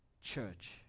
church